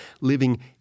living